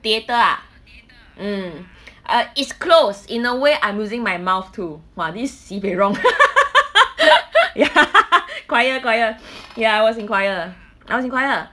theatre ah mm it's close in a way I'm using my mouth too !wah! this sibei wrong ya choir choir ya I was choir